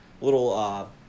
little –